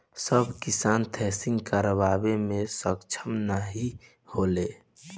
सब किसान थ्रेसिंग करावे मे सक्ष्म नाही होले